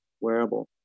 wearable